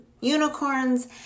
unicorns